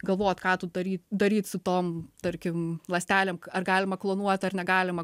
galvot ką tu daryt daryt su tom tarkim ląstelėm ar galima klonuot ar negalima